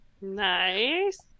nice